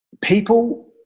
people